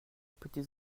petits